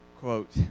quote